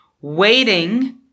waiting